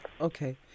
okay